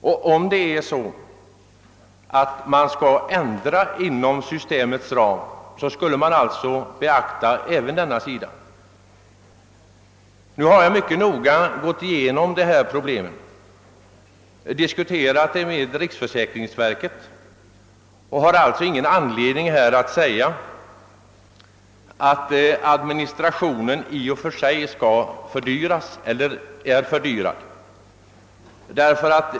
Om man skall ändra inom syste mets ram, måste även denna sida beaktas. Jag har mycket noga gått igenom detta problem. Jag har diskuterat det med riksförsäkringsverket och har ingen anledning att här säga att administrationen i och för sig skulle fördyras.